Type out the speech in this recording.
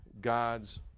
God's